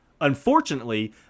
Unfortunately